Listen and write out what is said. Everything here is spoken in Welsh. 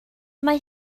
mae